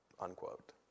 unquote